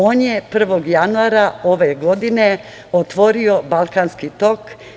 On je 1. januara ove godine otvorio Balkansi tok.